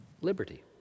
Liberty